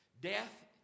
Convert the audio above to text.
Death